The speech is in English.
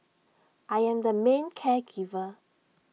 I am the main care giver